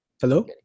Hello